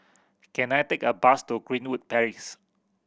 can I take a bus to Greenwood Palace